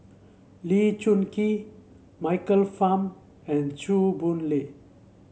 Lee Choon Kee Michael Fam and Chew Boon Lay